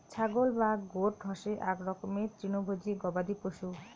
ছাগল বা গোট হসে আক রকমের তৃণভোজী গবাদি পশু